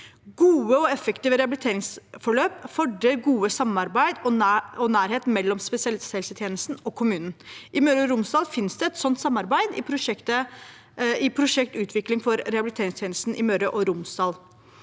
Gode og effektive rehabiliteringsforløp fordrer gode samarbeid og nærhet mellom spesialisthelsetjenesten og kommunen. I Møre og Romsdal finnes det et sånt samarbeid i prosjektet Utvikling av rehabiliteringstjenestene i Møre og Romsdal.